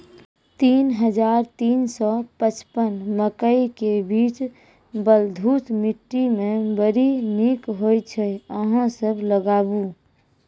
तीन हज़ार तीन सौ पचपन मकई के बीज बलधुस मिट्टी मे बड़ी निक होई छै अहाँ सब लगाबु?